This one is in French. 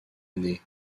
année